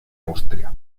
austria